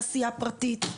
תעשייה פרטית.